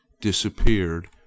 disappeared